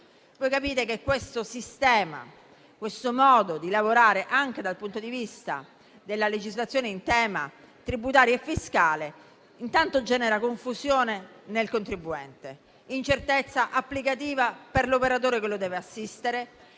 Voi capite che questo sistema e questo modo di lavorare, anche dal punto di vista della legislazione in tema tributario e fiscale, intanto generano confusione nel contribuente, incertezza applicativa per l'operatore che lo deve assistere